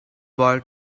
boy